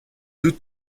deux